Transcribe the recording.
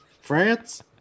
France